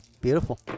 Beautiful